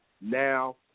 Now